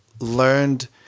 learned